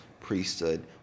priesthood